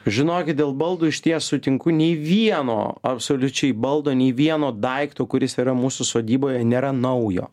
žinokit dėl baldų išties sutinku nei vieno absoliučiai baldo nei vieno daikto kuris yra mūsų sodyboje nėra naujo